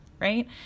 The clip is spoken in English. right